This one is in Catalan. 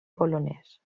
polonès